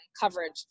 coverage